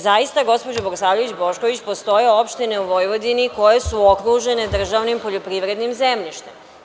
Zaista, gospođo Bogosavljević Bošković, postoje opštine u Vojvodini koje su okružene državnim poljoprivrednim zemljištem.